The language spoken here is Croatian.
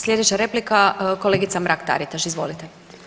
Sljedeća replika kolegica Mrak Taritaš, izvolite.